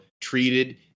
treated